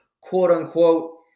quote-unquote